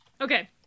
Okay